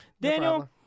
Daniel